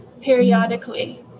periodically